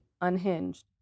unhinged